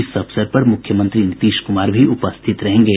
इस अवसर पर मुख्यमंत्री नीतीश कुमार भी उपस्थित रहेंगे